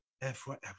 forever